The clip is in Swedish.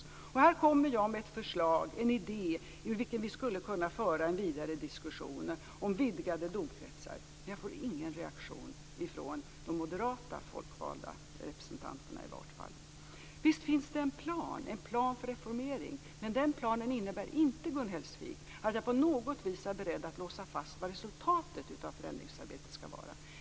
Jag för här fram en idé om vidgade domkretsar, vilken vi skulle kunna föra en livligare diskussion om, men jag får ingen reaktion från i varje fall de moderata folkvalda representanterna. Visst finns det en plan för en reformering, men jag är inte, Gun Hellsvik, på något vis beredd att låsa fast vad resultatet av förändringsarbetet skall vara.